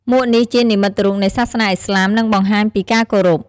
មួកនេះជានិមិត្តរូបនៃសាសនាឥស្លាម និងបង្ហាញពីការគោរព។